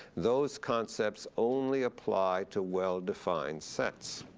those concepts only apply to well-defined sets.